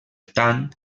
tant